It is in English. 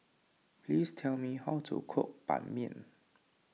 please tell me how to cook Ban Mian